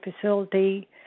facility